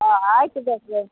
ಹಾಂ ಆಯಿತು ಡಾಕ್ಟ್ರೆ